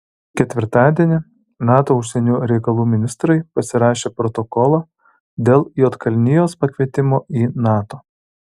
ketvirtadienį nato užsienio reikalų ministrai pasirašė protokolą dėl juodkalnijos pakvietimo į nato